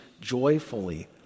joyfully